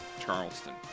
Charleston